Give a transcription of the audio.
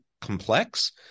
complex